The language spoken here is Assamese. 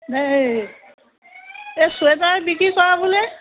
এই এই চুৱেটাৰ বিক্ৰী কৰা বোলে